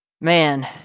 man